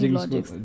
logic